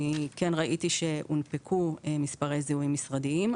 אני כן ראיתי שהונפקו מספרי זיהוי משרדיים,